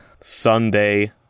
Sunday